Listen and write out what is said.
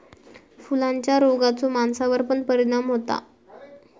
फुलांच्या रोगाचो माणसावर पण परिणाम होता